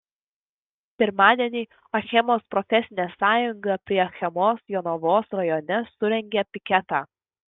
pirmadienį achemos profesinė sąjunga prie achemos jonavos rajone surengė piketą